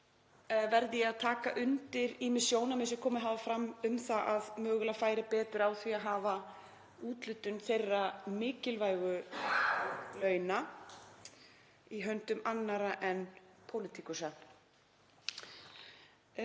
Verð ég að taka undir ýmis sjónarmið sem komið hafa fram um að mögulega færi betur á því að hafa úthlutun þeirra mikilvægu launa í höndum annarra en pólitíkusa.